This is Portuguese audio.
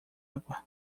água